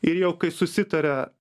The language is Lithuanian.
ir jau kai susitaria